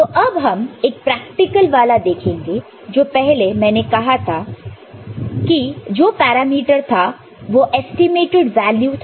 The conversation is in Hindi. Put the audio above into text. तो अब हम एक प्रैक्टिकल वाला देखेंगे तो पहले मैंने कहा था कि जो पैरामीटर था वह ऐस्टीमेटेड वैल्यू था